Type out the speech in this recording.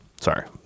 sorry